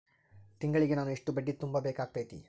ತಿಂಗಳಿಗೆ ನಾನು ಎಷ್ಟ ಬಡ್ಡಿ ತುಂಬಾ ಬೇಕಾಗತೈತಿ?